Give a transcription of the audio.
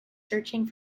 searching